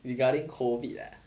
regarding COVID ah